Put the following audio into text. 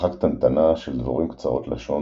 משפחה קטנטנה של דבורים קצרות-לשון,